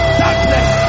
darkness